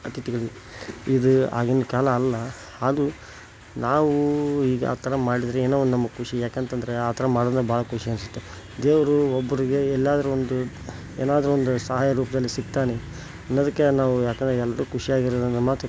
ಅತಿಥಿಗಳ್ಗೆ ಇದು ಆಗಿನ ಕಾಲ ಅಲ್ಲ ಆದರೂ ನಾವು ಈಗ ಆ ಥರ ಮಾಡಿದರೆ ಏನೋ ಒಂದು ನಮಗೆ ಖುಷಿ ಯಾಕಂತಂದರೆ ಆ ಥರ ಮಾಡಿದ್ರೆ ಭಾಳ ಖುಷಿ ಅನಿಸುತ್ತೆ ದೇವರು ಒಬ್ಬರಿಗೆ ಎಲ್ಲಾದರೂ ಒಂದು ಏನಾದರೂ ಒಂದು ಸಹಾಯ ರೂಪದಲ್ಲಿ ಸಿಗ್ತಾನೆ ಅನ್ನೋದಕ್ಕೆ ನಾವು ಯಾಕಂದರೆ ಎಲ್ಲರೂ ಖುಷಿಯಾಗಿರೋಣ ಅನ್ನೋ ಮಾತು